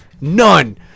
None